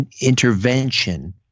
intervention